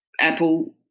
Apple